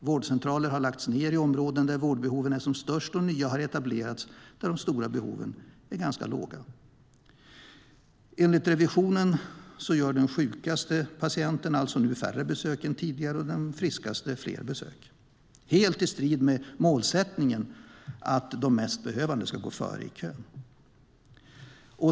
Vårdcentraler har lagts ned i områden där vårdbehoven är som störst, och nya har etablerats där behoven inte är så stora. Enligt Riksrevisionen gör de sjukaste patienterna nu färre besök än tidigare och de friskaste fler besök, helt i strid med målsättningen att de mest behövande ska gå före i kön.